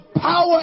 power